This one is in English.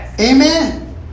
Amen